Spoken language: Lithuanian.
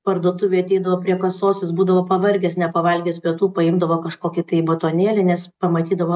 parduotuvėj ateidavo prie kasos jis būdavo pavargęs nepavalgęs pietų paimdavo kažkokį tai batonėlį nes pamatydavo